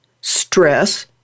stress